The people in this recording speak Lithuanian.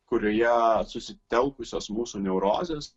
kurioje susitelkusios mūsų neurozės